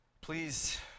Please